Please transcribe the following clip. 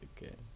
Okay